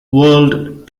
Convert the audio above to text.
world